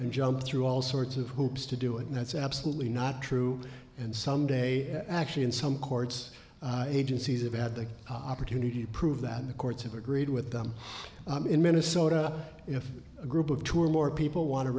and jump through all sorts of hoops to do it and that's absolutely not true and some day actually in some chords agencies have had the opportunity to prove that the courts have agreed with them in minnesota if a group of tour more people want to